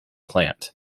plant